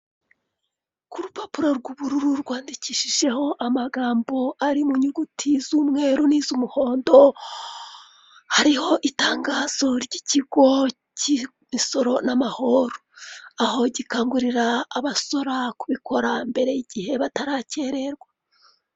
Ku rupapuro rw'ubururu rwandikishijweho amagambo ari mu nyuguti z'umweru, n'iz'umuhondo. Hariho itangazo ry'ikigo k'imisoro n'amahoro. Aho gikangurira abasora kubikora mbere y'igihe batarakererwa.